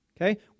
Okay